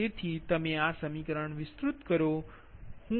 તેથી તમે આ સમીકરણ વિસ્તૃત કરો